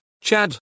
Chad